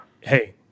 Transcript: hey